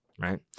Right